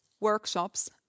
workshops